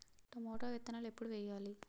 Tomato విత్తనాలు ఎప్పుడు వెయ్యాలి?